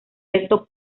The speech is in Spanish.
resto